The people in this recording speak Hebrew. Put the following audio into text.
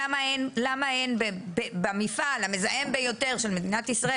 למה אין במפעל המזהם ביותר של מדינת ישראל